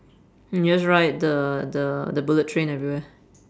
just ride the the the bullet train everywhere